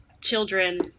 children